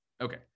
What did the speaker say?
Okay